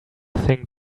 thing